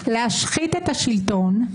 להשחית את השלטון,